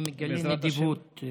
אני מגלה נדיבות.